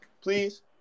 please